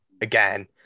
again